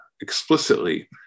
explicitly